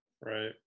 Right